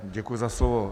Děkuji za slovo.